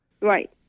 Right